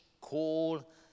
call